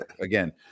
again